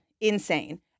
insane